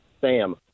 Sam